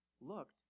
looked